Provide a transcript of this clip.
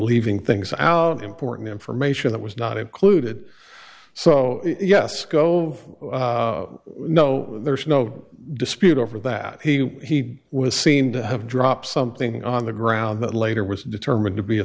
leaving things out important information that was not included so yes go no there's no dispute over that he was seen to have dropped something on the ground that later was determined to be a